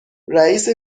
رییس